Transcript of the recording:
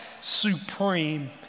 supreme